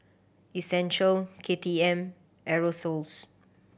Essential K T M Aerosoles